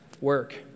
work